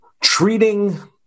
treating